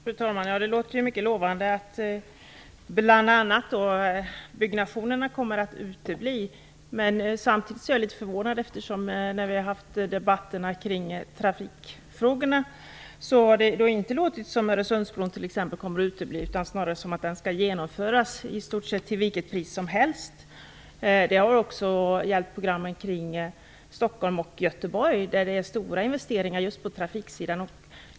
Fru talman! Det låter ju mycket lovande att byggnationerna kommer att utebli. Men samtidigt är jag litet förvånad. När vi har debatterat trafikfrågor har det inte låtit som om t.ex. Öresundsbron skulle komma att utebli utan snarare som att den skall genomföras i stort sett till vilket pris som helst. Det har också gällt programmen kring Stockholm och Göteborg, där vi har stora investeringar på trafiksidan.